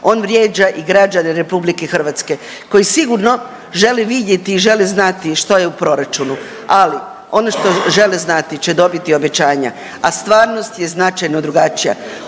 on vrijeđa i građane RH koji sigurno žele vidjeti i žele znati što je u proračunu. Ali ono što žele znati će dobiti obećanja, a stvarnost je značajno drugačija.